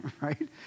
right